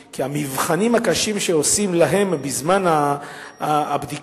כי המבחנים הקשים שעושים להם בזמן הבדיקה,